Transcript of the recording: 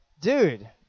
Dude